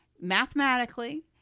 mathematically